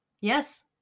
yes